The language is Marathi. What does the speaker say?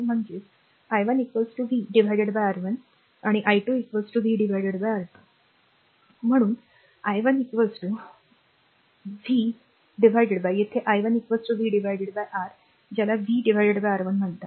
म्हणजेच i1 v R1 आणि i2 v R2 म्हणून i1 r v येथे i1 v r ज्याला v R1 म्हणतात